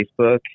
Facebook